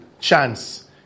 chance